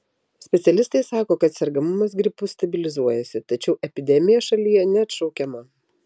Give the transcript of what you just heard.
specialistai sako kad sergamumas gripu stabilizuojasi tačiau epidemija šalyje neatšaukiama